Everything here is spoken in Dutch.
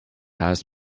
haast